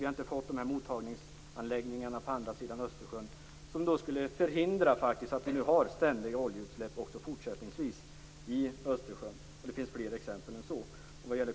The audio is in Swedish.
Vi har inte fått de mottagningsanläggningar på andra sidan Östersjön som skulle förhindra de ständiga oljeutsläpp i Östersjön som vi kommer att ha även fortsättningsvis. Det finns fler exempel.